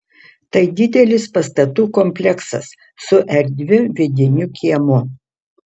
tai didelis pastatų kompleksas su erdviu vidiniu kiemu